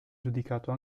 giudicato